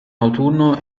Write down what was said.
autunno